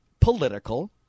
political